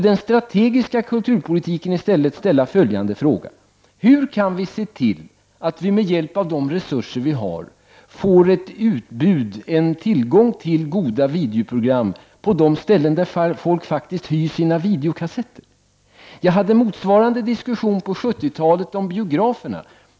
Den strategiska kulturpolitiken måste i stället ställa följande fråga: Hur kan vi se till att vi med hjälp av de resurser vi har få en tillgång till goda videoprogram på de ställen där folk faktiskt hyr sina videokassetter? Jag hade motsvarande diskussion på 70-talet om biograferna.